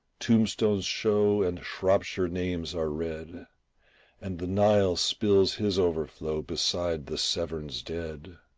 tombstones show and shropshire names are read and the nile spills his overflow beside the severn's dead.